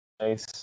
nice